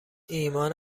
ایمان